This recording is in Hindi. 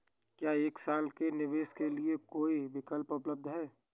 क्या एक साल के निवेश के लिए कोई विकल्प उपलब्ध है?